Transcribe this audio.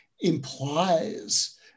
implies